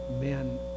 men